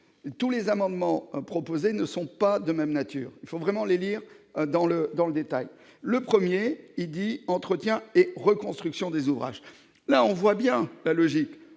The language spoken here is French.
Tous les amendements proposés ne sont pas de même nature, il faut vraiment les lire dans le dans le détail, le 1er dit entretien et reconstruction des ouvrages, là on voit bien la logique,